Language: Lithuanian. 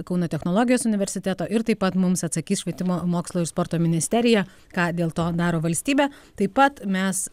kauno technologijos universiteto ir taip pat mums atsakys švietimo mokslo ir sporto ministerija ką dėl to daro valstybė taip pat mes